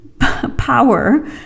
power